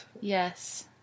Yes